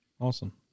Awesome